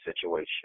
situation